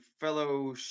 fellow